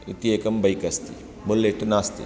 इति एकं बैक् अस्ति बुलेट् नास्ति